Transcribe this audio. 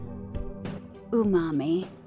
Umami